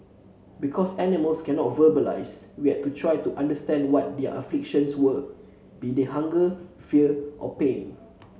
because animals cannot verbalise we had to try to understand what their afflictions were be they hunger fear or pain